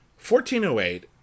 1408